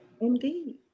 Indeed